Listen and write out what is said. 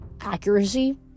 accuracy